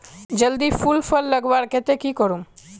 जल्दी फूल फल लगवार केते की करूम?